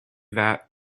that